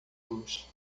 los